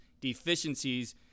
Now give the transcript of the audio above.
deficiencies